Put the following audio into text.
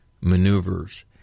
maneuvers